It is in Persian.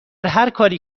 هرکاری